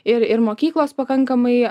ir ir mokyklos pakankamai